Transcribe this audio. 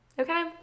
Okay